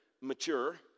mature